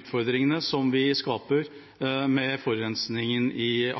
utfordringene som vi skaper med forurensningen i